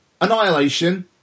annihilation